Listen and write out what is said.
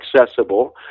accessible